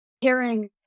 hearing